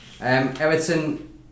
Everton